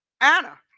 Anna